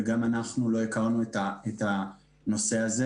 גם אנחנו לא הכרנו את הנושא הזה.